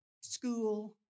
school